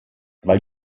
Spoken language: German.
weil